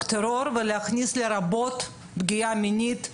הטרור ולהכניס את המשפט לרבות פגיעה מינית,